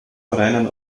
vereinen